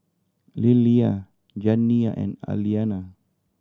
Lillia Janiya and Aliana